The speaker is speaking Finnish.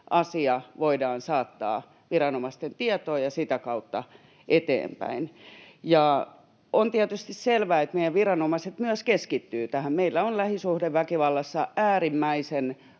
asia voidaan saattaa viranomaisten tietoon ja sitä kautta eteenpäin. On tietysti selvää, että meidän viranomaiset myös keskittyvät tähän. Meillä on lähisuhdeväkivallassa äärimmäisen